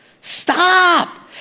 Stop